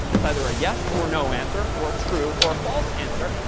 it's either a yes or no answer or true or false answer.